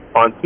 on